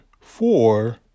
four